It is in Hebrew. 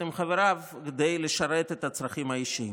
עם חבריו כדי לשרת את הצרכים האישיים.